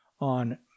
on